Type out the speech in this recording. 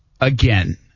Again